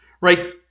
right